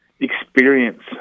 experience